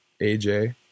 AJ